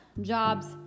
jobs